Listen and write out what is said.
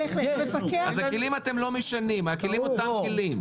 אז אתם לא משנים את הכלים, אלה אותם כלים.